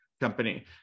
company